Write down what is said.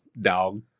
Dog